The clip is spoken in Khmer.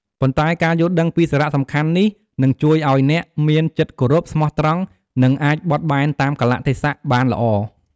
ប៉ុន្តែការយល់ដឹងពីសារៈសំខាន់នេះនឹងជួយឲ្យអ្នកមានចិត្តគោរព ស្មោះត្រង់ និងអាចបត់បែនតាមកាលៈទេសៈបានល្អ។